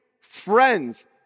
friends